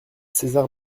césar